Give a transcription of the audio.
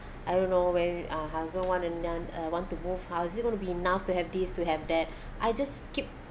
I don't know when uh husband want ano~ uh want to move house is it going to be enough to have this to have that I just keep